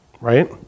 Right